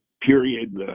period